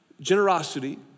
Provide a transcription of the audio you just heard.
Generosity